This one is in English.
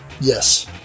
yes